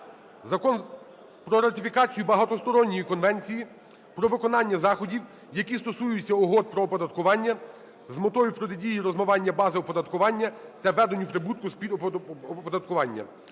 Закон про ратифікацію Багатосторонньої конвенції про виконання заходів, які стосуються угод про оподаткування, з метою протидії розмиванню бази оподаткування та виведенню прибутку з-під оподаткування